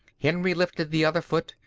henry lifted the other foot,